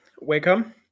Welcome